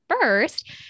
first